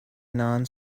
non